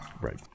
Right